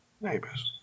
Neighbors